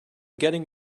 getting